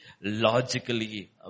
logically